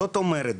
זאת אומרת,